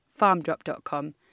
Farmdrop.com